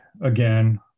again